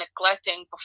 neglecting